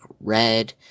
red